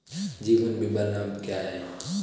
जीवन बीमा लाभ क्या हैं?